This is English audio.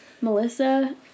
Melissa